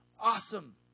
awesome